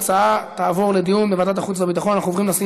ההצעה תעבור לדיון בוועדת החוץ והביטחון.